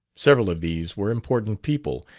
several of these were important people,